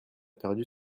perdu